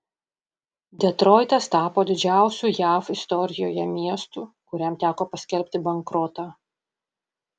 detroitas tapo didžiausiu jav istorijoje miestu kuriam teko paskelbti bankrotą